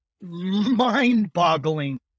mind-boggling